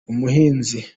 umuhinzi